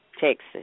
Texas